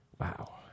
Wow